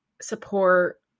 support